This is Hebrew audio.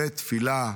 בית תפילה,